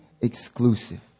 exclusive